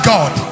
God